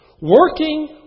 Working